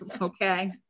okay